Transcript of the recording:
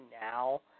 now